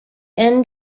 end